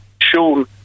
Sean